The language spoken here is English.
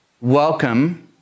welcome